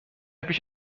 پیش